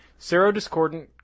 serodiscordant